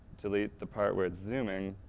delete the part where it's zooming,